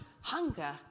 hunger